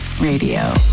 radio